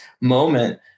moment